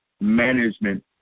Management